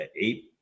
eight